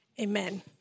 amen